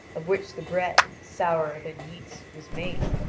of which the bread, sourer than yeast, was made,